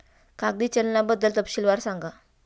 कागदी चलनाबद्दल तपशीलवार सांगा